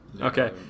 Okay